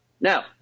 Now